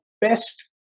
best